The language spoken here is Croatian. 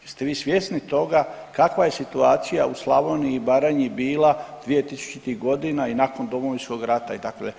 Jeste vi svjesni toga kakva je situacija u Slavniji i Baranji bila 2000-ih godina i nakon Domovinskog rata, itd.